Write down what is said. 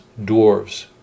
dwarves